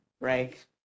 right